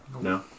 No